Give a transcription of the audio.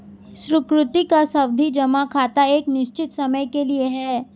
सुकृति का सावधि जमा खाता एक निश्चित समय के लिए है